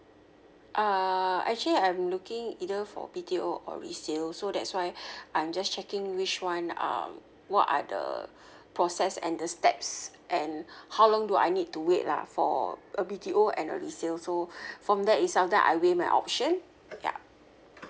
uh actually I'm looking either for B_T_O or resale so that's why I'm just checking which one um what are the process and the steps and how long do I need to wait lah for a B_T_O and a resale so from that itself then I weigh my options ya